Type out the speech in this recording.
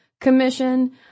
commission